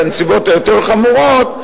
בנסיבות היותר חמורות,